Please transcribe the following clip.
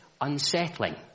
unsettling